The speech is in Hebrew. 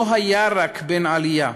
לא היה רק בן עלייה,